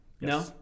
No